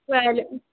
ਕੋਆ